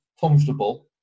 comfortable